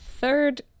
third